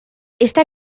esta